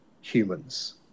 humans